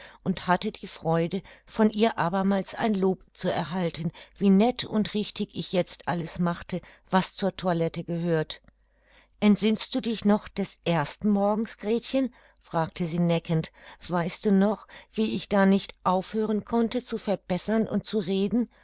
und hatte die freude von ihr abermals ein lob zu erhalten wie nett und richtig ich jetzt alles machte was zur toilette gehört entsinnst du dich noch des ersten morgens gretchen fragte sie neckend weißt du noch wie ich da nicht aufhören konnte zu verbessern und zu reden